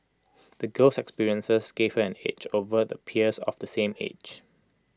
the girl's experiences gave her an edge over her peers of the same age